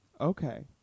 Okay